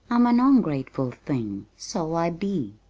i'm an ongrateful thing so i be.